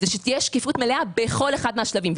הוא שתהיה שקיפות מלאה בכל אחד מהשלבים.